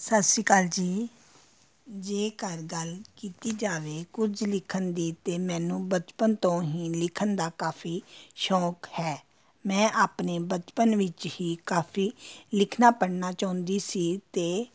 ਸਤਿ ਸ਼੍ਰੀ ਅਕਾਲ ਜੀ ਜੇਕਰ ਗੱਲ ਕੀਤੀ ਜਾਵੇ ਕੁਝ ਲਿਖਣ ਦੀ ਤਾਂ ਮੈਨੂੰ ਬਚਪਨ ਤੋਂ ਹੀ ਲਿਖਣ ਦਾ ਕਾਫ਼ੀ ਸ਼ੌਕ ਹੈ ਮੈਂ ਆਪਣੇ ਬਚਪਨ ਵਿੱਚ ਹੀ ਕਾਫ਼ੀ ਲਿਖਣਾ ਪੜ੍ਹਨਾ ਚਾਹੁੰਦੀ ਸੀ ਅਤੇ